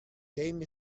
game